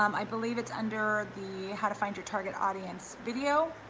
um i believe it's under the how to find your target audience video,